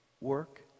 work